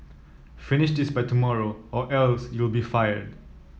finish this by tomorrow or else you'll be fired